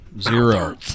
Zero